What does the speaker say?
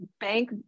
bank